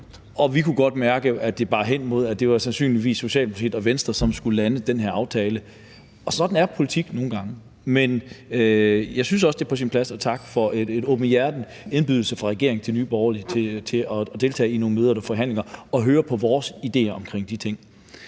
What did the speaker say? Vi kunne godt mærke, at det bar hen imod, at det sandsynligvis var Socialdemokratiet og Venstre, som skulle lande den her aftale, og sådan er politik nogle gange, men jeg synes også, det er på sin plads at takke for en åbenhjertig indbydelse fra regeringen til Nye Borgerlige til at deltage i nogle møder eller forhandlinger og for at høre på vores ideer om de ting.